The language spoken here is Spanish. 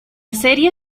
serie